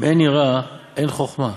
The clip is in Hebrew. אם אין יראה, אין חוכמה".